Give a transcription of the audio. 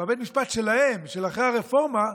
בית המשפט שלהם, של אחרי הרפורמה,